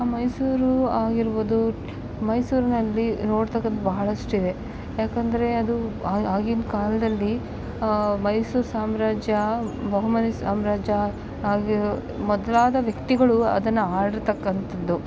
ಆ ಮೈಸೂರು ಆಗಿರ್ಬೌದು ಮೈಸೂರಿನಲ್ಲಿ ನೋಡ್ತಕ್ಕಾದ ಬಹಳಷ್ಟಿವೆ ಯಾಕಂದರೆ ಅದು ಆಗಿನ ಕಾಲದಲ್ಲಿ ಮೈಸೂರು ಸಾಮ್ರಾಜ್ಯ ಬಹಮನಿ ಸಾಮ್ರಾಜ್ಯ ಆಗಿರೋ ಮೊದಲಾದ ವ್ಯಕ್ತಿಗಳು ಅದನ್ನ ಆಳಿರ್ತಕ್ಕಂಥದ್ದು